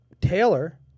Taylor